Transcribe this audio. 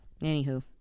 Anywho